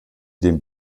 dem